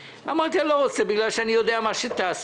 אמרתי שאני לא רוצה בגלל שאני יודע מה תעשו.